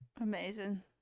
Amazing